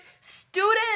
student